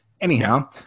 Anyhow